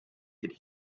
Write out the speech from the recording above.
could